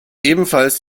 ebenfalls